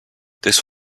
this